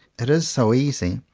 it is so easy,